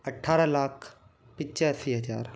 अट्ठारह लाख पिचासी हज़ार